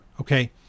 Okay